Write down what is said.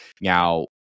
Now